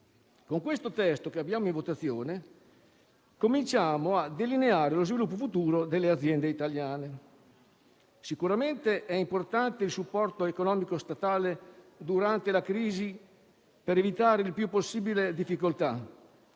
Con questo testo che stiamo per votare cominciamo a delineare lo sviluppo futuro delle aziende italiane. Sicuramente, è importante il supporto economico statale durante la crisi per evitare il più possibile le difficoltà,